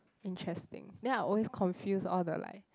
interesting then I always confuse all the like